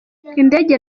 indege